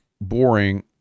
boring